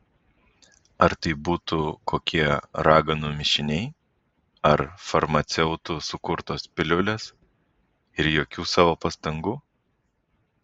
ar tai būtų kokie raganų mišiniai ar farmaceutų sukurtos piliulės ir jokių savo pastangų